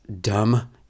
dumb